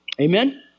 Amen